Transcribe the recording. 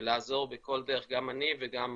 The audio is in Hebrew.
ולעזור בכל דרך, גם אני וגם